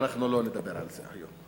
אנחנו לא נדבר על זה היום.